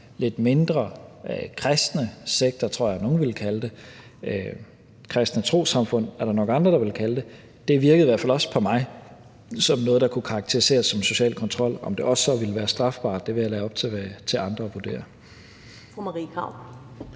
lidt mindre, kristne sekter, tror jeg nogle ville kalde dem – kristne trossamfund er der nok andre der vil kalde dem – virkede i hvert fald også på mig som noget, der kunne karakteriseres som social kontrol. Om det så også ville være strafbart, vil jeg lade det være op til andre at vurdere.